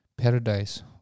Paradise